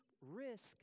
risk